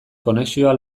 konexioa